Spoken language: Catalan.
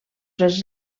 les